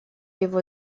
его